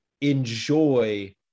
enjoy